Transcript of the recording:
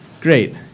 Great